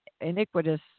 iniquitous